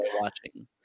watching